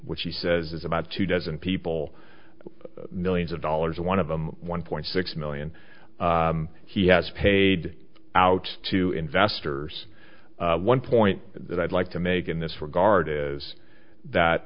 which he says is about two dozen people millions of dollars one of them one point six million he has paid out to investors one point that i'd like to make in this regard is that